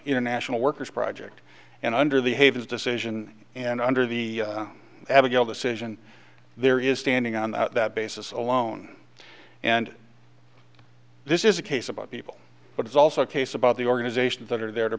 international workers project and under the havens decision and under the abigail decision there is standing on that basis alone and this is a case about people but it's also a case about the organizations that are there to